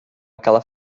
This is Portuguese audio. aquela